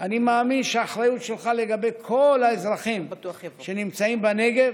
אני מאמין שהאחריות שלך לגבי כל האזרחים שנמצאים בנגב